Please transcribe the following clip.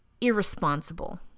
irresponsible